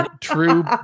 true